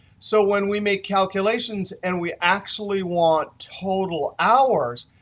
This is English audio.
so when we make calculations and we actually want total hours,